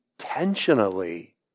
Intentionally